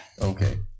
Okay